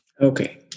Okay